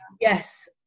yes